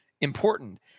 important